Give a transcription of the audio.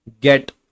get